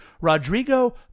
Rodrigo